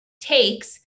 takes